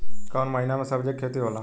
कोउन महीना में सब्जि के खेती होला?